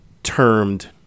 termed